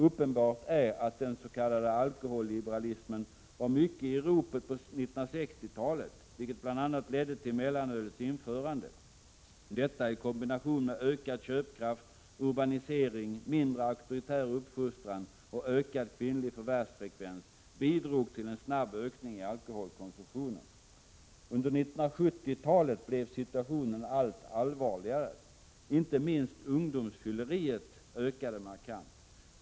Uppenbart är att den s.k. alkoholliberalismen var mycket i ropet på 1960-talet, vilket bl.a. ledde till mellanölets införande. Detta i kombination med ökad köpkraft, urbanisering, mindre auktoritär uppfostran och ökad kvinnlig förvärvsfrekvens bidrog till en snabb ökning av alkoholkonsumtionen. Under 1970-talet blev situationen allt allvarligare, inte minst ungdomsfylleriet ökade markant.